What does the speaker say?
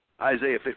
Isaiah